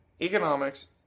Economics